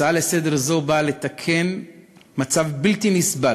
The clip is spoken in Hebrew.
הצעה לסדר-יום זו באה לתקן מצב בלתי נסבל,